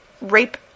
rape